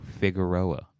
Figueroa